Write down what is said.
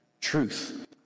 truth